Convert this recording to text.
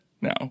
now